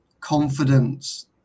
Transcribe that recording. confidence